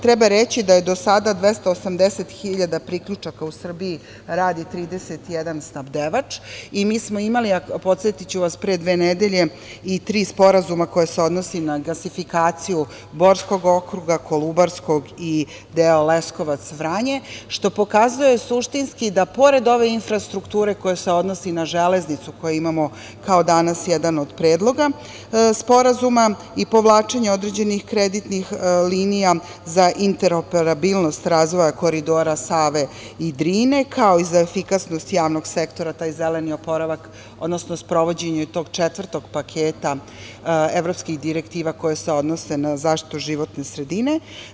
Treba reći da je do sada 280 hiljada priključaka u Srbiji, radi 31 snabdevač i mi smo imali, podsetiću vas, pre dve nedelje i tri sporazuma koja se odnose na gasifikaciju Borskog okruga, Kolubarskog i deo Leskovac-Vranje, što pokazuje suštinski da pored ove infrastrukture koja se odnosi na železnicu, koju imamo kao danas jedan od Predloga Sporazuma i povlačenje određenih kreditnih linija za interoperabilnost razvoja Koridora Save i Drine, kao i za efikasnost javnog sektora, taj zeleni oporavak, odnosno sprovođenje tog četvrtog paketa evropskih direktiva, koje se odnose na zaštitu životne sredine.